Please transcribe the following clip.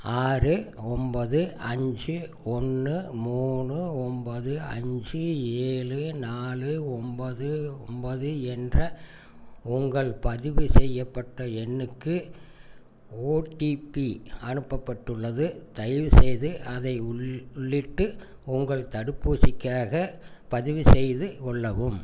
ஆறு ஒம்போது அஞ்சு ஒன்று மூணு ஒம்போது அஞ்சு ஏழு நாலு ஒம்போது ஒம்போது என்ற உங்கள் பதிவு செய்யப்பட்ட எண்ணுக்கு ஓடிபி அனுப்பப்பட்டுள்ளது தயவுசெய்து அதை உள்ளிட்டு உங்கள் தடுப்பூசிக்காகப் பதிவுசெய்து கொள்ளவும்